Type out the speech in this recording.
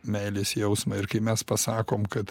meilės jausmą ir kai mes pasakom kad